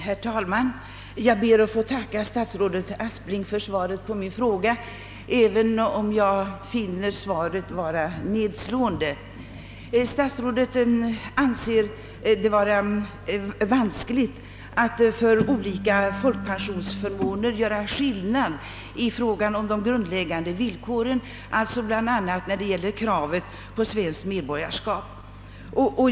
Herr talman! Jag ber att få tacka statsrådet Aspling för svaret på min fråga, även om jag finner det vara nedslående. Statsrådet anser det vara vanskligt att för olika folkpensionsförmåner göra skillnad i fråga om de grundläggande villkoren. Detta gäller bl.a. kravet på svenskt medborgarskap.